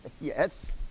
yes